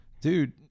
Dude